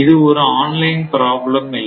இது ஒரு online problem இல்லை